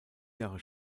jahre